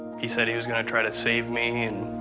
he said he was gonna try to save me